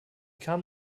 kam